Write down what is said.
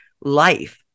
life